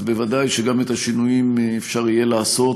אז ודאי שגם את השינויים יהיה אפשר לעשות,